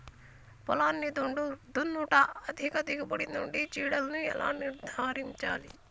పొలాన్ని దున్నుట అధిక దిగుబడి నుండి చీడలను ఎలా నిర్ధారించాలి?